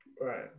Right